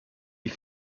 die